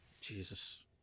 jesus